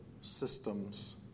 systems